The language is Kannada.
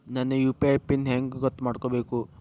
ನನ್ನ ಯು.ಪಿ.ಐ ಪಿನ್ ಹೆಂಗ್ ಗೊತ್ತ ಮಾಡ್ಕೋಬೇಕು?